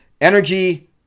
energy